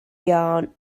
yarn